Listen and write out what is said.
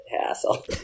hassle